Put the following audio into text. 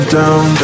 down